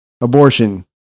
abortion